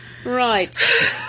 Right